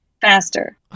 faster